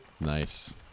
Nice